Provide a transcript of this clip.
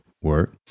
work